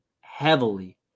heavily